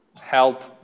help